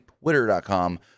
Twitter.com